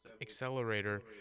accelerator